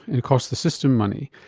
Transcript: it costs the system money,